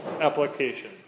application